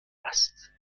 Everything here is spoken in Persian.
است